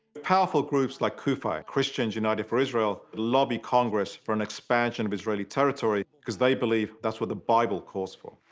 powerful groups like cufi, christians united for israel, lobby congress for an expansion of israeli territory because they believe thatis what the bible calls for.